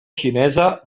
xinesa